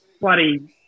bloody